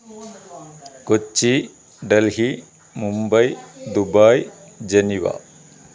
Kochi Delhi Mumbai Dubai Geneva